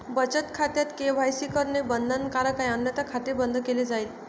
बचत खात्यात के.वाय.सी करणे बंधनकारक आहे अन्यथा खाते बंद केले जाईल